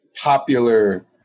popular